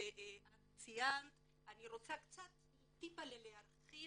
אני רוצה קצת להרחיב.